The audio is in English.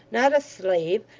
not a slave,